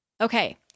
Okay